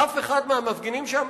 אף אחד מהמפגינים שם,